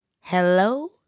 Hello